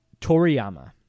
Toriyama